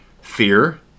fear